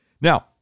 Now